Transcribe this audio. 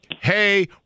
Hey